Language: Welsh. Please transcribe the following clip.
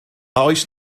oes